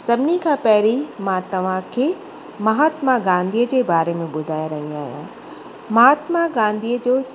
सभिनी खां पहिरीं मां तव्हांखे महात्मा गांधीअ जे बारे में ॿुधाए रही आहियां महात्मा गांधीअ जो